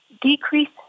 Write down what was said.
decrease